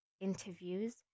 interviews